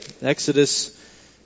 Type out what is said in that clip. Exodus